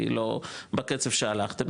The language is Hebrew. כי לא בקצב שהלכתם,